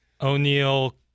O'Neill